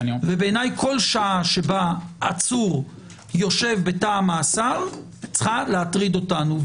בעיניי כל שעה שבה עצור יושב בתא המעצר צריכה להטריד אותנו.